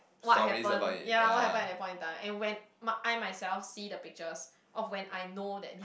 what happen ya what happen at that point of time and when my I myself see the pictures or when I know that